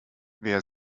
wer